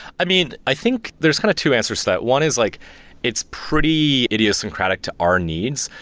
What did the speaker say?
i mean, i think there's kind of two answers to that. one is like it's pretty idiosyncratic to our needs.